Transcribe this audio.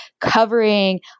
covering